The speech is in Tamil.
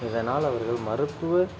இதனால் அவர்கள் மருத்துவ